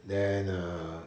then err